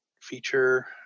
Feature